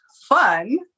fun